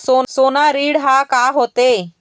सोना ऋण हा का होते?